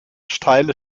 steile